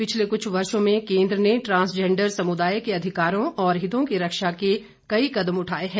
पिछले कुछ वर्षो में केंद्र ने ट्रांसजेंडर समुदाय के अधिकारों और हितों की रक्षा के कई कदम उठाए हैं